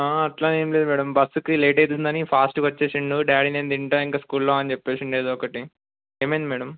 అట్లా ఏమి లేదు మ్యాడమ్ బస్సుకి లేట్ అయితుంది అని ఫాస్ట్గా వచ్చేసిండు డాడీ నేను తింటాను ఇంక స్కూల్లో అని చెప్పిండు ఏదో ఒకటి ఏమైంది మ్యాడమ్